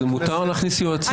מותר להכניס יועצים.